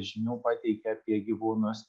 žinių pateikia apie gyvūnus